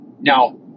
Now